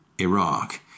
Iraq